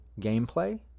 gameplay